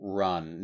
run